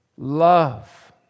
love